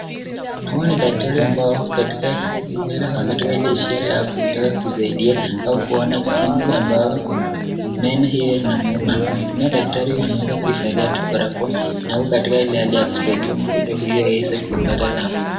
Hawa ni daktari amabo wako katika, iha, au ishara ile ya kutaka kusaidia kuona jinsi ambayo, meno hio inamuuma huyu, nao daktari ameeza kuvalia barakoa, na ako katika ile hali ya kusaidia mgonjwa huyu awese kuipata nafuu.